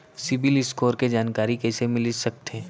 CIBIL score के जानकारी कइसे मिलिस सकथे?